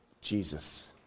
Jesus